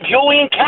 Julian